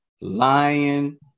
lion